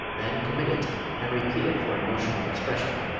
then commit it and repeat it for emotional expression.